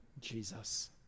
Jesus